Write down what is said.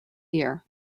year